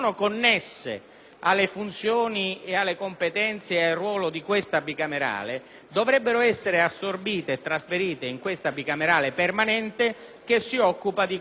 alle funzioni, alle competenze e al ruolo di questa bicamerale e, quindi, dovrebbero essere assorbite e trasferite in questa bicamerale permanente che si occupa di questo tema.